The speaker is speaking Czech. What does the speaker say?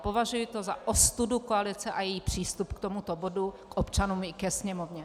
Považuji to za ostudu koalice a její přístup k tomuto bodu, k občanům i ke Sněmovně.